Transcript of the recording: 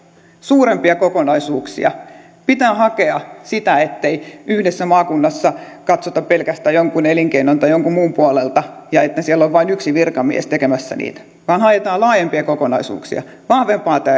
suurempia kokonaisuuksia pitää hakea sitä ettei yhdessä maakunnassa katsota pelkästään jonkun elinkeinon tai jonkun muun puolelta ja että siellä on vain yksi virkamies tekemässä niitä vaan haetaan laajempia kokonaisuuksia vahvempaa